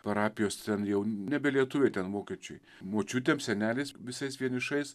parapijos ten jau nebe lietuviai ten vokiečiai močiutėm seneliais visais vienišais